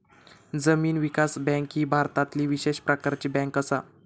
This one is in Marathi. जमीन विकास बँक ही भारतातली विशेष प्रकारची बँक असा